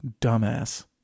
dumbass